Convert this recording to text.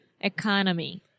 Economy